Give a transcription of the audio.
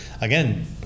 again